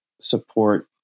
support